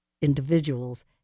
individuals